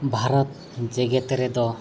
ᱵᱷᱟᱨᱚᱛ ᱡᱮᱜᱮᱫ ᱨᱮᱫᱚ